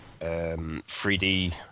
3D